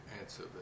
answer